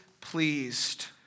pleased